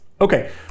Okay